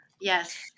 Yes